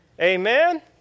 Amen